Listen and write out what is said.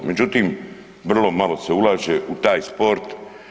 Međutim, vrlo malo se ulaže u taj sport.